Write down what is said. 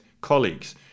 colleagues